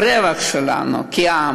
הרווח שלנו כעם